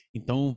Então